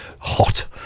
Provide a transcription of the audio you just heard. Hot